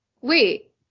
wait